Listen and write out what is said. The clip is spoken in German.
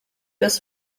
das